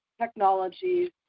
technologies